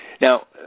Now